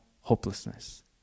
hopelessness